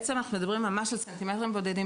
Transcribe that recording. למעשה אנחנו מדברים על ס"מ בודדים.